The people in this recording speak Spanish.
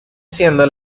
siendo